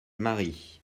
marie